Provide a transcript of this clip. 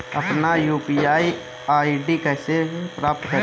अपना UPI ID कैसे प्राप्त करें?